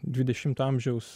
dvidešimto amžiaus